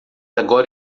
agora